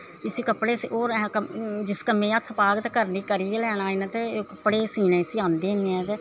होर जिस कम्म गी हत्थ पाह्ग ते करी गै लैना ते कपड़े सीनां इसी आंदे नी ऐं ते